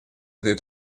этой